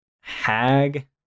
Hag